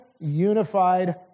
unified